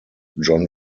john